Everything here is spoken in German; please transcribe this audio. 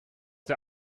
der